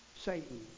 Satan